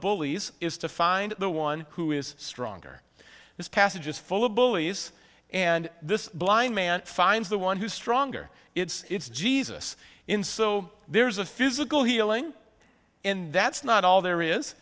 bullies is to find the one who is stronger his passage is full of bullies and this blind man finds the one who stronger it's jesus in so there's a physical healing and that's not all there is